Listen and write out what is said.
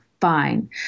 Fine